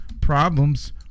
problems